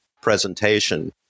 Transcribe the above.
presentation